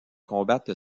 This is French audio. combattre